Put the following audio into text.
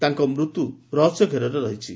ତାଙ୍କ ମୃତ୍ୟୁ ରହସ୍ୟ ଘେରରେ ରହିଛି